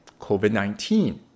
COVID-19